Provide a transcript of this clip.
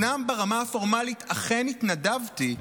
אומנם ברמה הפורמלית אכן התנדבתי,